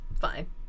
Fine